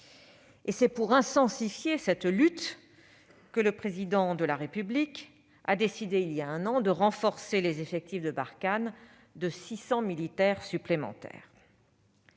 C'est pour intensifier cette lutte que le Président de la République a décidé il y a un an de renforcer les effectifs de Barkhane de 600 militaires supplémentaires.